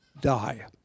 die